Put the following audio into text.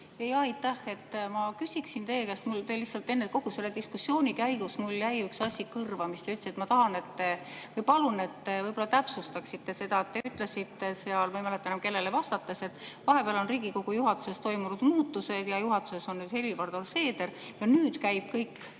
aitäh! Ma küsiksin teie käest, lihtsalt enne kogu selle diskussiooni käigus mul jäi üks asi kõrva, mis te ütlesite. Ma tahan või palun, et te täpsustaksite seda. Te ütlesite seal, ma ei tea enam, kellele vastates, et vahepeal on Riigikogu juhatuses toimunud muutused, juhatuses on nüüd Helir-Valdor Seeder ja nüüd käib kõik